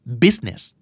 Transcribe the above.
business